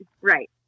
right